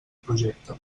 projecte